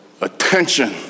Attention